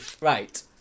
right